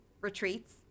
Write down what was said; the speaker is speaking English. retreats